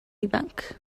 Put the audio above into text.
ifanc